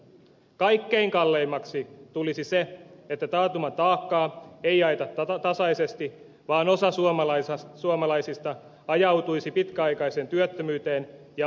kaikkein kalleimmaksi tulisi se että taantuman taakkaa ei jaeta tasaisesti vaan osa suomalaisista ajautuisi pitkäaikaiseen työttömyyteen ja vähäosaisuuteen